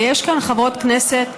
ויש כאן חברות כנסת שעובדות,